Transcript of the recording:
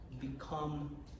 become